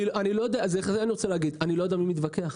אני לא יודע עם מי להתווכח.